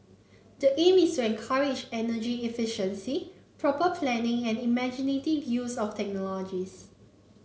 the aim is to encourage energy efficiency proper planning and imaginative use of technology